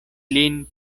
lin